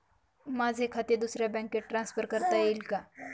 माझे खाते दुसऱ्या बँकेत ट्रान्सफर करता येईल का?